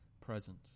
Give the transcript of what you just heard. present